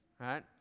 Right